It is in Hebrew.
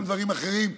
גם דברים אחרים,